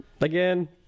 again